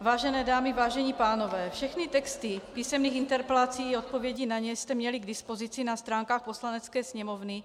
Vážené dámy, vážení pánové, všechny texty písemných interpelací i odpovědí na ně jste měli k dispozici na stránkách Poslanecké sněmovny.